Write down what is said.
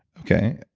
okay,